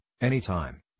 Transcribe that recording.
anytime